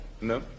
No